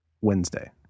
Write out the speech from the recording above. Wednesday